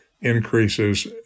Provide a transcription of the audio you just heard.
increases